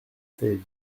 seize